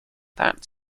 that